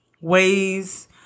ways